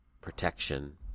protection